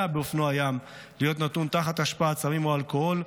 באופנוע ים להיות נתון תחת השפעת סמים או אלכוהול,